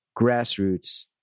Grassroots